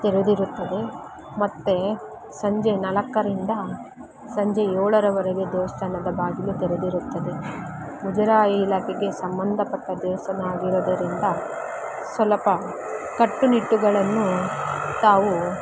ತೆರೆದಿರುತ್ತದೆ ಮತ್ತು ಸಂಜೆ ನಾಲ್ಕರಿಂದ ಸಂಜೆ ಏಳರವರೆಗೆ ದೇವಸ್ಥಾನದ ಬಾಗಿಲು ತೆರೆದಿರುತ್ತದೆ ಮುಜರಾಯಿ ಇಲಾಖೆಗೆ ಸಂಬಂಧಪಟ್ಟ ದೇವಸ್ಥಾನ ಆಗಿರೋದರಿಂದ ಸ್ವಲ್ಪ ಕಟ್ಟುನಿಟ್ಟುಗಳನ್ನು ತಾವು